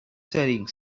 setting